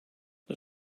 the